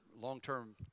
long-term